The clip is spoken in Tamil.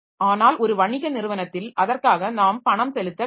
ஆனால் ஒரு வணிக நிறுவனத்தில் அதற்காக நாம் பணம் செலுத்த வேண்டும்